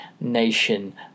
nation